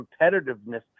competitiveness